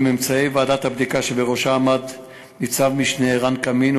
בממצאי ועדת הבדיקה שבראשה עמד ניצב-משנה ערן קמין,